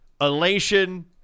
elation